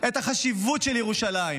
את החשיבות של ירושלים,